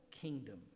kingdom